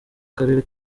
karere